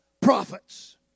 prophets